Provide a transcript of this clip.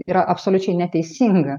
yra absoliučiai neteisinga